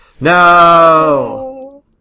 No